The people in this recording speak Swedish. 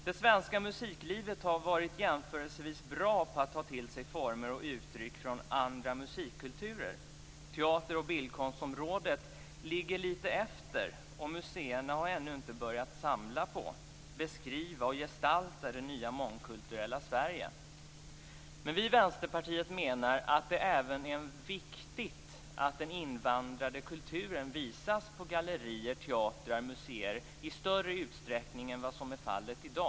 Det svenska musiklivet har varit jämförelsevis bra på att ta till sig former och uttryck från andra musikkulturer. Teater och bildkonstområdet ligger lite efter, och museerna har ännu inte börjat samla på, beskriva och gestalta det nya mångkulturella Sverige. Vi i Vänsterpartiet menar att det är viktigt att även den invandrade kulturen visas på gallerier, teatrar och museer i större utsträckning än vad som är fallet i dag.